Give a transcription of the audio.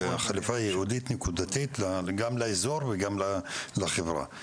היא חליפה ייעודית נקודתית גם לאזור וגם לחברה.